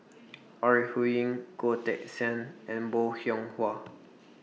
Ore Huiying Goh Teck Sian and Bong Hiong Hwa